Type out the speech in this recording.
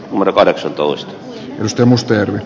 numero kahdeksantoista risto mustajärvi